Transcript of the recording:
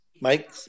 Mike